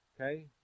okay